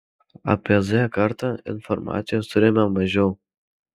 apie z kartą informacijos turime mažiau